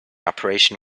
operation